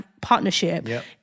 partnership